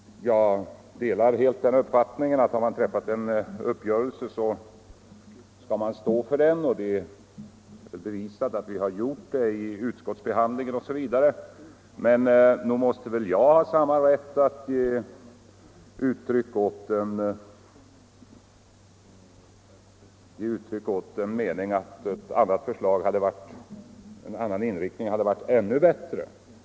Jag delar helt den uppfattningen att har man träffat en överenskommelse skall man stå för den. Det har vi också gjort i utskottsbehandlingen osv. Men nog måste väl jag ha rätt att ge uttryck åt meningen att en annan inriktning hade varit ännu bättre?